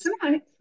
tonight